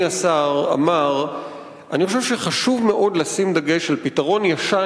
השר אמר אני חושב שחשוב מאוד לשים דגש על פתרון ישן,